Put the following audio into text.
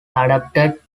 adopted